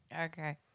Okay